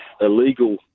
illegal